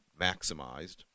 maximized